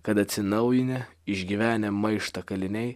kad atsinaujinę išgyvenę maištą kaliniai